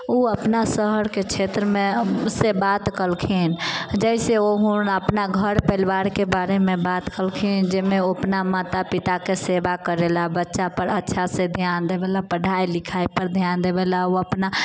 ओ अपना शहरके क्षेत्रमे से बात केलखिन जैसे ओ अपना घर परिवारके बारेमे बात केलखिन जाहिमे ओ अपना माता पिताके सेवा करेला बच्चा पर अच्छासँ ध्यान देवेलए पढ़ाइ लिखाइ पर ध्यान देवे लए ओ अपना